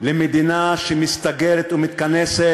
למדינה שמסתגרת ומתכנסת